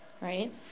right